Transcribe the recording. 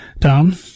Tom